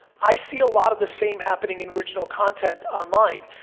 i see a lot of the same happening in original content online.